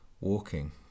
walking